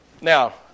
Now